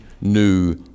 new